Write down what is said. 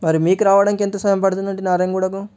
మరి మీకు రావడానికి ఎంత సమయం పడుతుంది అండి నారాయణగూడకు